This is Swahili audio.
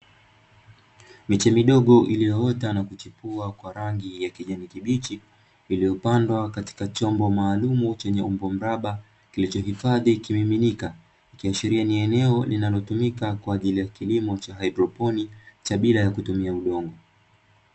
Miche midogo iliyoota na kuchipua kwa rangi ya kijani kibichi, iliyopandwa katika chombo maalum chenye umbo mraba kinachohifadhi kimiminika ikiashiria ni eneo linalotumika kwaajili ya kilimo cha hydroponi cha bila ya kutumia udongo